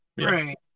right